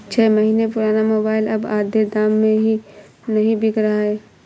छह महीने पुराना मोबाइल अब आधे दाम में भी नही बिक रहा है